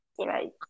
right